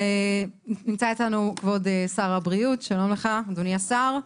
נמצא אתנו כבוד שר הבריאות, שלום לך אדוני השר.